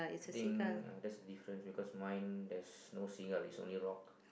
I think uh that is difference because mine there is no seagull it's only rock